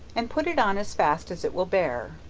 and put it on as fast as it will bear,